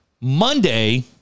Monday